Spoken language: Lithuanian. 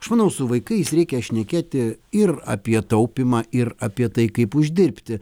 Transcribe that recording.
aš manau su vaikais reikia šnekėti ir apie taupymą ir apie tai kaip uždirbti